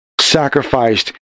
sacrificed